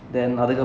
mmhmm